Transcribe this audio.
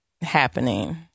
happening